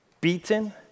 beaten